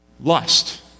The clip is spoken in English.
Lust